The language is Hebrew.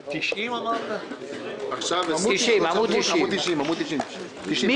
בקשה מס' 23-024 בעמוד 90. מה זה?